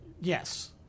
Yes